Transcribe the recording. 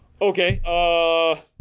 Okay